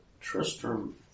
Tristram